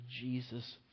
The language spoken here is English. Jesus